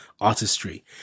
artistry